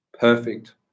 perfect